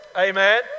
amen